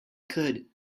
could